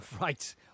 Right